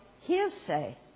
hearsay